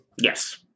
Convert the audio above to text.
Yes